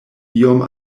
iom